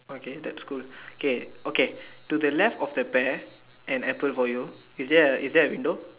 okay that's good okay okay to the left of the pear and apple for you is there is there a window